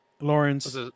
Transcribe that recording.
Lawrence